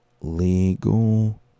Legal